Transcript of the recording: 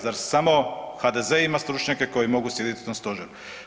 Zar samo HDZ ima stručnjake koji mogu sjediti u tom stožeru?